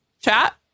chat